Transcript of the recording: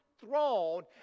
throne